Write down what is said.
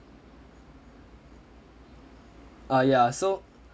ah ya so